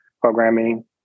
programming